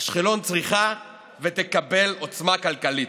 אשקלון צריכה ותקבל עוצמה כלכלית.